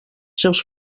seus